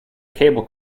cable